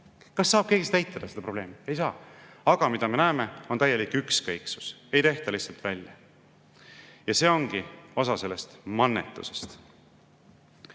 Kas saab keegi seda probleemi eitada? Ei saa. Aga see, mida me näeme, on täielik ükskõiksus. Ei tehta lihtsalt välja. See ongi osa sellest mannetusest.